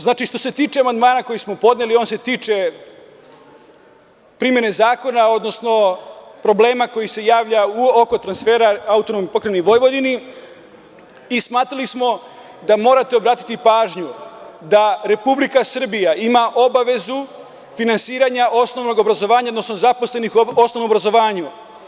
Znači, što se tiče amandmana koji smo podneli, on se tiče primene zakona, odnosno problema koji se javlja oko transfera u AP Vojvodini i smatrali smo da morate obratiti pažnju da Republika Srbija ima obavezu finansiranja osnovnog obrazovanja, odnosno zaposlenih u osnovnom obrazovanju.